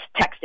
texting